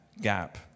gap